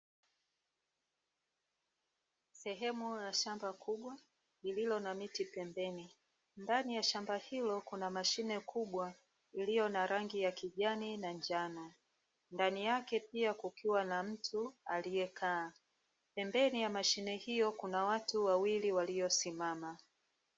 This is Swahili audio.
Sehemu ya shamba kubwa lililo na miti pembeni, ndani ya shamba hilo kuna mashine kubwa iliyo na rangi ya kijani na njano. Ndani yake pia kukiwa na mtu aliyekaa, pembeni ya mashine hio kuna watu wawili waliosimama.